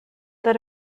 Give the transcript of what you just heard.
that